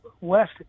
west